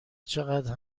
چقدر